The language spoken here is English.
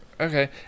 Okay